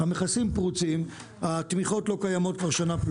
המכסים פרוצים והתמיכות לא קיימות כבר מעל לשנה.